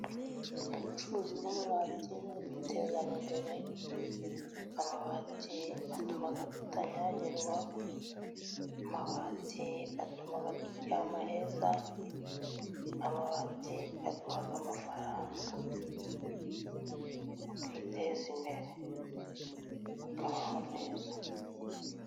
Ubucuruzi bw'amabati buduteza imbere. Amabati atuma tutanyagirwa, amabati atuma turyama heza, amabati aduha amafaranga tukiteza imbere, tukabaho neza.